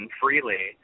freely